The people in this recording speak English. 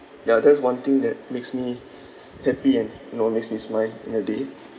ya that's one thing that makes me happy and you know makes me smile in a day